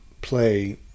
play